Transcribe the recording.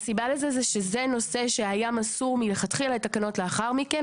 הסיבה לזה זה שזה נושא שהיה מסור מלכתחילה לתקנות לאחר מכן,